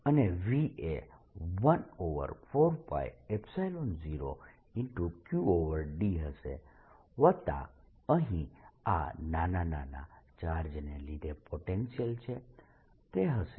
અને V એ 14π0Qd હશે વત્તા અહીં આ નાના નાના ચાર્જને લીધે પોટેન્શિયલ છે તે હશે